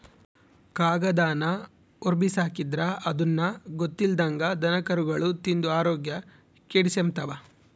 ಕಾಗದಾನ ಹೊರುಗ್ಬಿಸಾಕಿದ್ರ ಅದುನ್ನ ಗೊತ್ತಿಲ್ದಂಗ ದನಕರುಗುಳು ತಿಂದು ಆರೋಗ್ಯ ಕೆಡಿಸೆಂಬ್ತವ